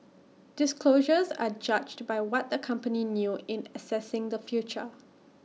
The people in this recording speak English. disclosures are judged by what the company knew in assessing the future